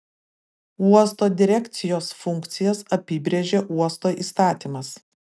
uosto direkcijos funkcijas apibrėžia uosto įstatymas